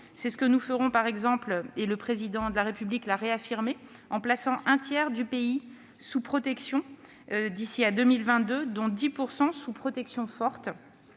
Nous tiendrons ce cap, par exemple, comme le Président de la République l'a réaffirmé, en plaçant un tiers du pays sous protection d'ici à 2022, dont 10 % sous protection forte.